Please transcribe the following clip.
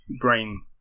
brain